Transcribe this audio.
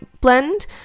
blend